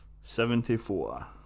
Seventy-four